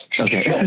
Okay